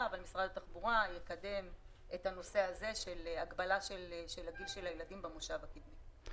- משרד התחבורה יקדם את הנושא הזה של הגבלה של גיל הילדים במושב הקדמי.